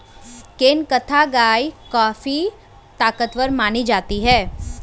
केंकथा गाय काफी ताकतवर मानी जाती है